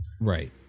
right